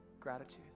gratitude